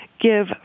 give